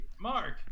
Mark